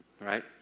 right